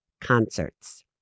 concerts